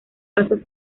paso